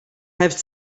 have